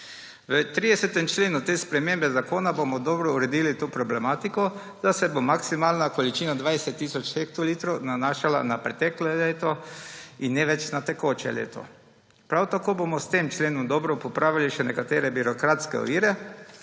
V 30. členu te spremembe zakona bomo dobro uredili to problematiko, da se bo maksimalna količina 20 tisoč hektolitrov nanašala na preteklo leto in ne več na tekoče leto. Prav tako bomo s tem členom dobro popravili še nekatere birokratske ovire,